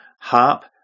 harp